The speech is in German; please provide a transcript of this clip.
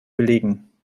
belegen